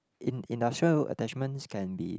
in~ industrial attachments can be